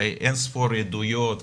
הרי, אין ספור עדויות ודמעות,